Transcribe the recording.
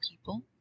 people